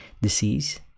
disease